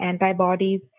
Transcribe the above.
antibodies